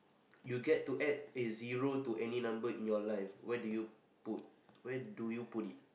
you get to add a zero to any number in your life where do you put where do you put it